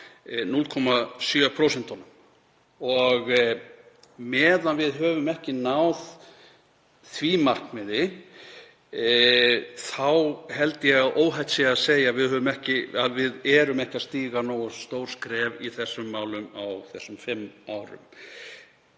0,7% og meðan við höfum ekki náð því markmiði held ég að óhætt sé að segja að við stígum ekki nógu stór skref í þeim málum á næstu fimm árum.